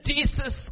Jesus